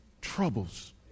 troubles